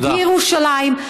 בירושלים,